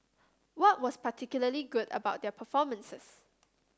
what was particularly good about their performances